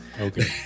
Okay